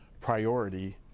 priority